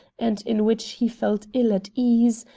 and in which he felt ill at ease,